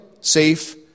safe